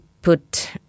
Put